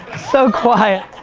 so quiet.